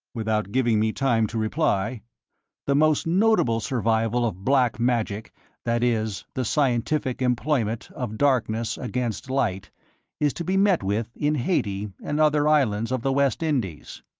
without giving me time to reply the most notable survival of black magic that is, the scientific employment of darkness against light is to be met with in haiti and other islands of the west indies.